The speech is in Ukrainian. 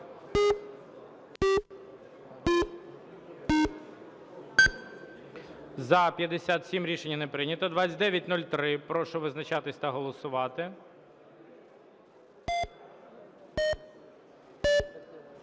За-57 Рішення не прийнято. 2903. Прошу визначатися та голосувати.